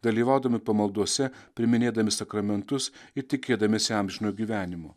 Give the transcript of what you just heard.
dalyvaudami pamaldose priiminėdami sakramentus ir tikėdamiesi amžino gyvenimo